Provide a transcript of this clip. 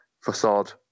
facade